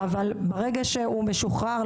אבל למשל,